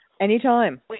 Anytime